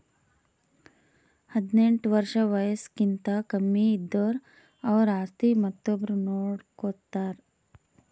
ಹದಿನೆಂಟ್ ವರ್ಷ್ ವಯಸ್ಸ್ಕಿಂತ ಕಮ್ಮಿ ಇದ್ದುರ್ ಅವ್ರ ಆಸ್ತಿ ಮತ್ತೊಬ್ರು ನೋಡ್ಕೋತಾರ್